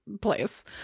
place